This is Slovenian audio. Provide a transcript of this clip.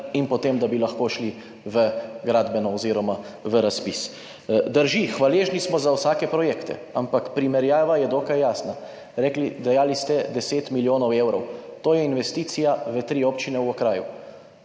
bi potem lahko šli v gradbeno oziroma v razpis, pa ni. Drži, hvaležni smo za vsake projekte, ampak primerjava je dokaj jasna. Dejali ste – 10 milijonov evrov. To je investicija v tri občine v okraju.